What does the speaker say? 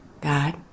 God